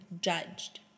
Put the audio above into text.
judged